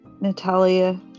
Natalia